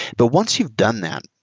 but once you've done that,